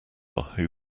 who